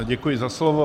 Děkuji za slovo.